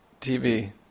TV